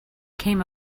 came